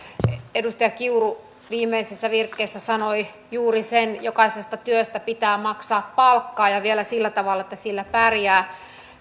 edustaja kiuru viimeisessä virkkeessä sanoi juuri sen jokaisesta työstä pitää maksaa palkkaa ja vielä sillä tavalla että sillä pärjää